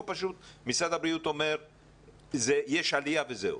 או פשוט משרד הבריאות אומר שיש עלייה וזהו.